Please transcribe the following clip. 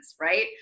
right